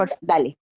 Dale